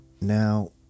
Now